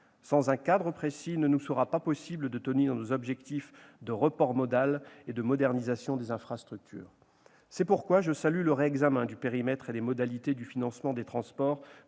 Sans un cadre précis, il ne nous sera pas possible de tenir nos objectifs de report modal et de modernisation des infrastructures. C'est pourquoi je salue le réexamen du périmètre et des modalités du financement des transports